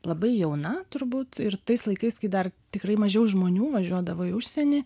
labai jauna turbūt ir tais laikais kai dar tikrai mažiau žmonių važiuodavo į užsienį